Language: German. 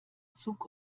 zug